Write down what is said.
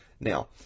Now